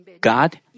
God